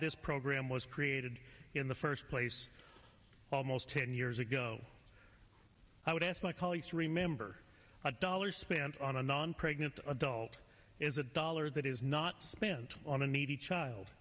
this program was created in the first place almost ten years ago i would ask my colleagues to remember a dollar spent on a non pregnant adult is a dollar that is not spent on a needy child